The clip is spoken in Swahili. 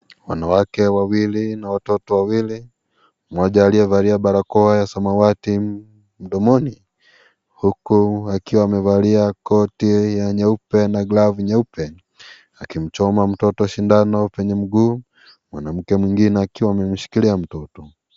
Wanawake wawili na watoto wawili. Mmoja aliyevalia barakoa ya samawati mdomoni, huku akiwa amevalia koti ya nyeupe na glovu nyeupe. Akimchoma mtoto sindano kwenye mguu, mwanamke mwingine akiwa amemshikilia mtoto.